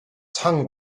tongue